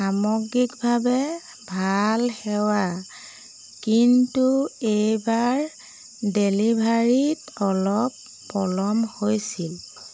সামগ্ৰিকভাৱে ভাল সেৱা কিন্তু এইবাৰ ডেলিভাৰীত অলপ পলম হৈছিল